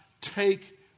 take